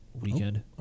Weekend